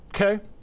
Okay